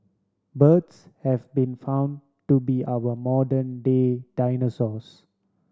birds have been found to be our modern day dinosaurs